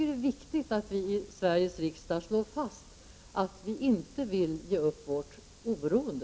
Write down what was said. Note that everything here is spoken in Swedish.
Det är viktigt att vi i Sveriges riksdag fastslår att vi inte vill ge upp Sveriges oberoende.